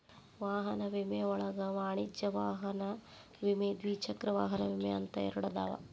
ವಾಹನ ವಿಮೆ ಒಳಗ ವಾಣಿಜ್ಯ ವಾಹನ ವಿಮೆ ದ್ವಿಚಕ್ರ ವಾಹನ ವಿಮೆ ಅಂತ ಎರಡದಾವ